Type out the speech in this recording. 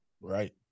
Right